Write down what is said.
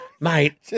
Mate